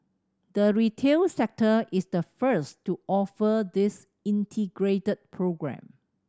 the retail sector is the first to offer this integrated programme